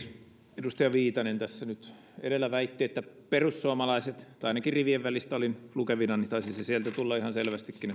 edustaja viitanen tässä nyt edellä väitti että perussuomalaiset tai ainakin rivien välistä olin lukevinani taisi se sieltä tulla ihan selvästikin